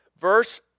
Verse